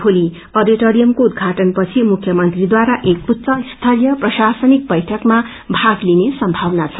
भोलि अडिओरियमको उद्यघाटनपछि मुख्यमंत्रीद्वारा एक उच्च स्तरीय प्रशासनिक वैश्वमा भागलिने सम्भावना छ